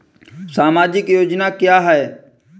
सामाजिक योजना क्या है?